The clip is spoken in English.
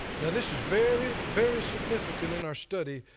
now this is very, very, significant in our study.